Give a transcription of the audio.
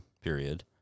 period